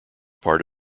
part